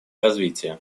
развития